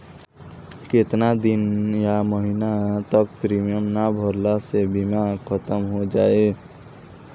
केतना दिन या महीना तक प्रीमियम ना भरला से बीमा ख़तम हो जायी?